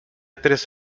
tres